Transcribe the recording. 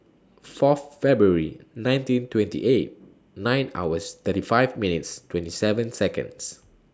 Fourth February nineteen twenty eight nine hours thirty five minutes twenty seven Seconds